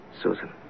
Susan